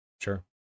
Sure